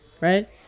right